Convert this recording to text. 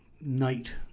night